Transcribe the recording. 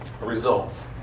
Results